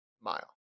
mile